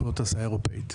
לא תעשייה אירופית.